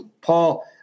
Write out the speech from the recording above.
Paul